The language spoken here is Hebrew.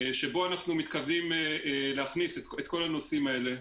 שבו אנחנו מתכוונים להכניס את כל הנושאים האלה,